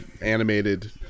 animated